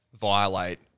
violate